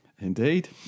Indeed